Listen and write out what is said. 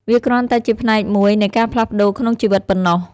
វាគ្រាន់តែជាផ្នែកមួយនៃការផ្លាស់ប្តូរក្នុងជីវិតប៉ុណ្ណោះ។